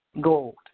Gold